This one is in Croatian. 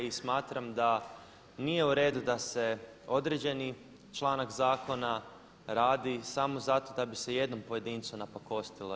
I smatram da nije u redu da se određeni članak zakona radi samo zato da bi se jednom pojedincu napakostilo.